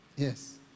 Yes